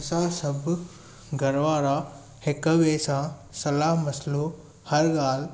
असां सभु घरवारा हिक ॿिए सां सलाहु मसाइलो हर ॻाल्हि